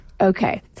Okay